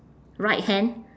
right hand